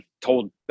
told